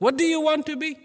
what do you want to be